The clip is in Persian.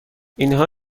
اینها